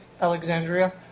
Alexandria